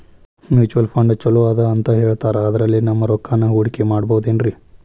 Mutual fund ಛಲೋ ಅದಾ ಅಂತಾ ಹೇಳ್ತಾರ ಅದ್ರಲ್ಲಿ ನಮ್ ರೊಕ್ಕನಾ ಹೂಡಕಿ ಮಾಡಬೋದೇನ್ರಿ?